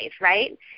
right